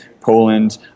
Poland